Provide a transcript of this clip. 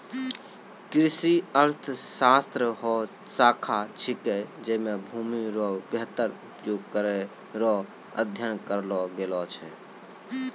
कृषि अर्थशास्त्र हौ शाखा छिकै जैमे भूमि रो वेहतर उपयोग करै रो अध्ययन करलो गेलो छै